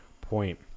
point